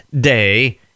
Day